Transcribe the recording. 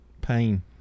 pain